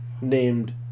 named